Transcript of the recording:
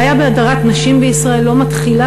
הבעיה בהדרת נשים בישראל לא מתחילה